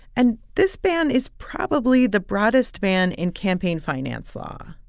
and this ban is probably the broadest ban in campaign finance law,